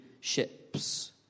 ships